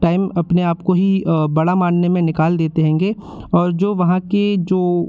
time अपने आप को ही बड़ा मानने में निकाल देते हैंगे और जो वहाँ के जो